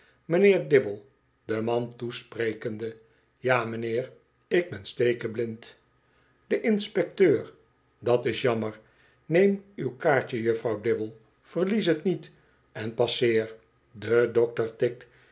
mijnheer dibble den man toesprekende ja m'nheer ik ben stekeblind de inspecteur dat's jammer neem uw kaartje juffrouw dibble verlies tniet en passeer de dokter tikt